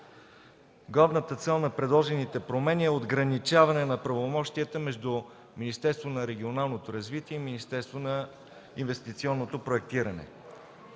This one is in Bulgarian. Главната цел на предложените промени и ограничаване на правомощията между Министерство на регионалното развитие и Министерство на инвестиционното проектиране.